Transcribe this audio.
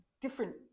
different